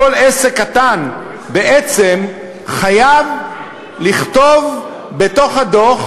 כל עסק קטן בעצם חייב לכתוב בתוך הדוח